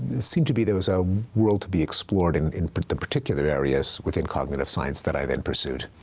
it seemed to be there was a world to be explored in in the particular areas within cognitive science that i then pursued.